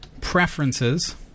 preferences